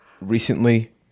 recently